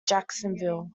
jacksonville